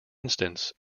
instance